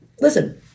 listen